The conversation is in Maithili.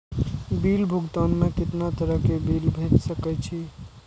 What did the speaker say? बिल भुगतान में कितना तरह के बिल भेज सके छी?